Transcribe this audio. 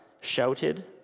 shouted